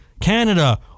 Canada